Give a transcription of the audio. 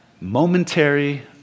Momentary